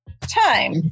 time